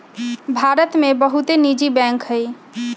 भारत में बहुते निजी बैंक हइ